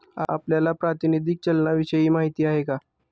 आपल्याला प्रातिनिधिक चलनाविषयी माहिती आहे का?